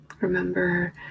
Remember